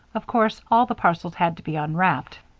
of course all the parcels had to be unwrapped,